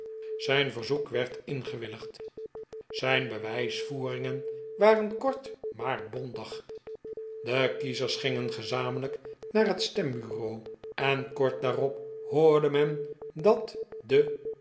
zijn verzoek werd ingewilligd zijn bewijsvoeringen waren kort maar bondig de kiezers gingen gezamenlijk naar het stembureau en kort daarop hoorde men dat de